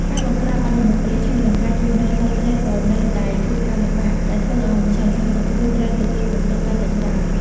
ការបង្ក្រាបបទល្មើសព្រៃឈើ និងការជួញដូរសត្វព្រៃក៏នៅតែជួបការលំបាក ដែលធ្វើឱ្យមជ្ឈមណ្ឌលសង្គ្រោះត្រូវទទួលបន្ទុកកាន់តែច្រើន។